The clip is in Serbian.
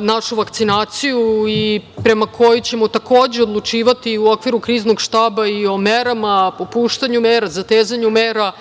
našu vakcinaciju i prema kojoj ćemo takođe odlučivati u okviru Kriznog štaba i o merama, popuštanju mera, zatezanju mera,